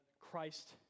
Christ